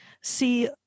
see